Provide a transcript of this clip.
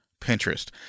Pinterest